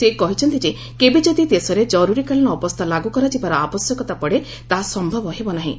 ସେ କହିଛନ୍ତି ଯେ କେବେ ଯଦି ଦେଶରେ ଜରୁରୀକାଳୀନ ଅବସ୍ଥା ଲାଗୁ କରାଯିବାର ଆବଶ୍ୟକତା ପଡେ ତାହା ସମ୍ଭବ ହେବ ନାହିଁ